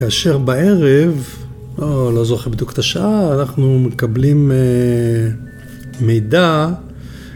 כאשר בערב, לא זוכר בדיוק את השעה, אנחנו מקבלים מידע.